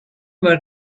where